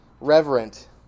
reverent